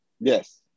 Yes